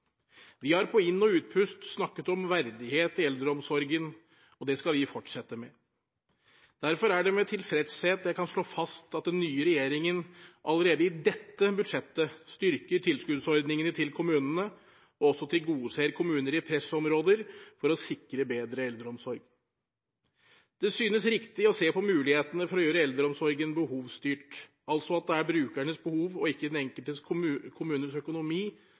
Vi har på inn- og utpust snakket om verdighet i eldreomsorgen, og det skal vi fortsette med. Derfor er det med tilfredshet jeg kan slå fast at den nye regjeringen allerede i dette budsjettet styrker tilskuddsordningene til kommunene og tilgodeser kommuner i pressområder for å sikre bedre eldreomsorg. Det synes riktig å se på mulighetene for å gjøre eldreomsorgen behovsstyrt – altså at det er brukernes behov og ikke den enkelte kommunes økonomi